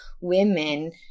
women